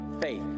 faith